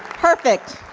perfect.